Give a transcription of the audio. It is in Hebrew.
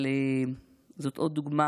אבל זאת עוד דוגמה